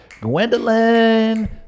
Gwendolyn